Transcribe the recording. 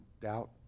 doubt